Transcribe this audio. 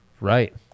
right